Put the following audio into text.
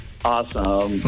Awesome